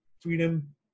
freedom